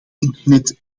internet